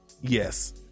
Yes